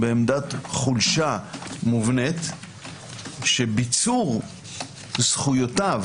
בעמדת חולשה מובנית שביצור זכויותיו